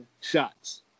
shots